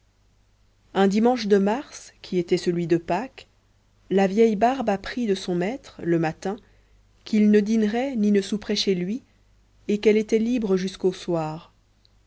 un dimanche de mars qui était celui de pâques la vieille barbe apprit de son maître le matin qu'il ne dînerait ni ne souperait chez lui et qu'elle était libre jusqu'au soir